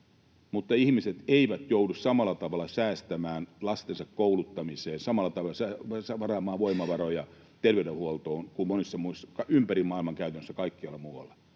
mutta ihmiset eivät joudu samalla tavalla säästämään lastensa kouluttamiseen, samalla tavalla varaamaan voimavaroja terveydenhuoltoon kuin ympäri maailman käytännössä kaikkialla muualla.